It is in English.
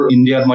India